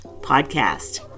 podcast